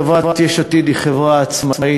שחברת יש עתיד היא חברה עצמאית,